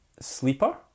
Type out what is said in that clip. Sleeper